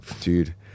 Dude